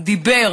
דיבר